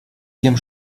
тем